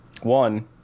one